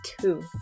Two